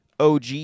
og